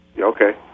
Okay